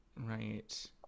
Right